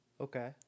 Okay